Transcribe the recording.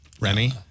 Remy